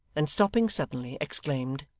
then stopping suddenly, exclaimed,